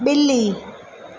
ॿिली